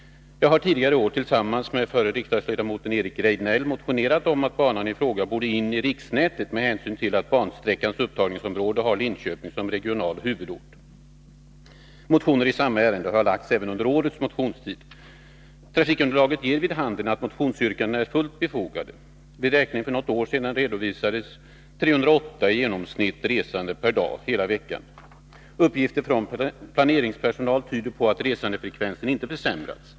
Jag har tillsammans med förre riksdagsledamoten Eric Rejdnell under tidigare år motionerat om att banan i fråga borde in i riksnätet, med hänsyn till att bansträckans upptagningsområde har Linköping som regional huvudort. Motioner i samma ärende har väckts även under årets motionstid. Trafikunderlaget ger vid handen att motionsyrkandena är fullt befogade. Vid räkning för något år sedan redovisades i genomsnitt 308 resande per dag under hela veckan. Uppgifter från planeringspersonal tyder på att resandefrekvensen inte har försämrats.